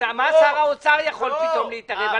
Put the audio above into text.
מה שר האוצר יכול פתאום להתערב?